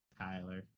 Tyler